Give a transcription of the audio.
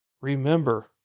Remember